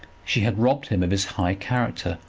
she had robbed him of his high character,